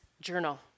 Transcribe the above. journal